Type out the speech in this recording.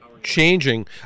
Changing